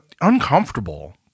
uncomfortable